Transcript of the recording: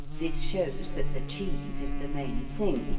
this shows that the cheese is the main thing,